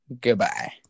Goodbye